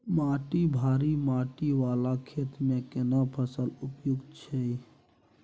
माटी भारी माटी वाला खेत में केना फसल उपयुक्त छैय?